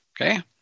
Okay